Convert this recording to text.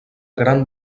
gran